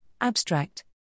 Abstract